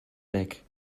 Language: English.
back